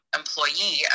employee